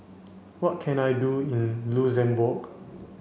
what can I do in Luxembourg